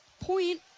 point